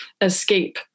escape